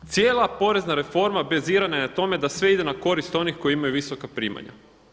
Cijela porezna reforma bazirana je na tome da sve ide na korist onih koji imaju visoka primanja.